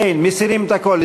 אין, מסירים את הכול.